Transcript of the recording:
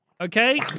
Okay